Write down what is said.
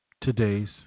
today's